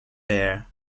bear